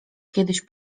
kiedyś